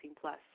Plus